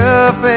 up